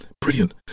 brilliant